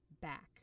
back